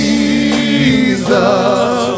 Jesus